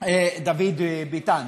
דוד ביטן,